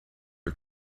her